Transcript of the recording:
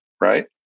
right